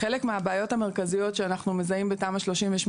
חלק מהבעיות המרכזיות שאנחנו מזהים בתמ"א 38